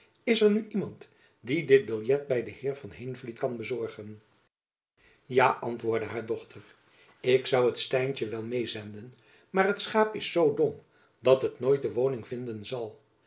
is er nu iemand die dit biljet aan den heer van heenvliet kan bezorgen ja antwoordde haar dochter ik zoû er stijntjen wel meê zenden maar het schaap is zoo dom dat het nooit de woning vinden zal